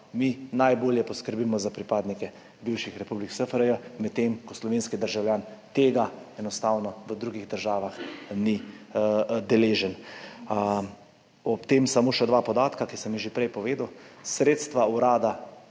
Mi najbolje poskrbimo za pripadnike bivših republik SFRJ, medtem ko slovenski državljan tega enostavno v drugih državah ni deležen. Ob tem samo še dva podatka, ki sem jih že prej povedal. Sredstva Urada